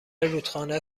رودخانه